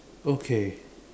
okay